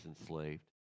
enslaved